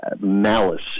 malice